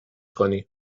کنی